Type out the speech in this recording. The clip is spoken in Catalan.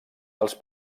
els